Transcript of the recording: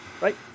right